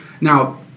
Now